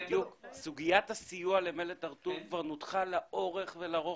סוגיית הסיוע למלט הר-טוב כבר נותחה לאורך ולרוחב,